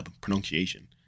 pronunciation